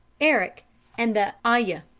eric and the ayah.